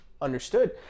understood